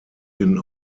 den